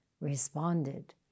responded